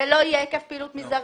ולא יהיה היקף פעילות מזערי?